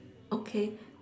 okay